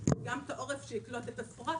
גם את העורף שיקלוט את הסחורה,